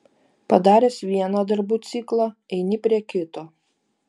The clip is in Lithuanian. padaręs vieną darbų ciklą eini prie kito